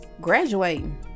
graduating